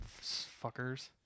Fuckers